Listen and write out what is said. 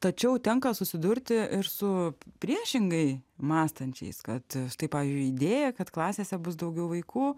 tačiau tenka susidurti ir su priešingai mąstančiais kad tai pavyzdžiui idėja kad klasėse bus daugiau vaikų